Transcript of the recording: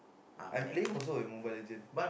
I'm playing also Mobile-Legend